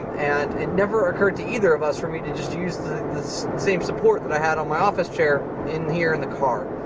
and it never occurred to either of us for me to just use the same support that i had on my office chair in here in the car.